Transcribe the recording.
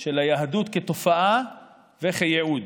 של היהדות כתופעה וכייעוד.